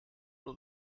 that